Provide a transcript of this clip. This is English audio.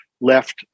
left